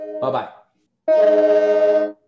Bye-bye